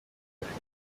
bafite